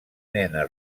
nena